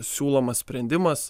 siūlomas sprendimas